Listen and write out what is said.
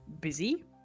busy